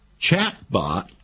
chatbot